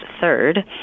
third